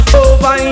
over